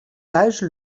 âges